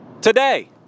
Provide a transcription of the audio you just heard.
today